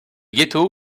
ghetto